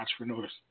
entrepreneurs